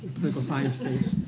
political science studies,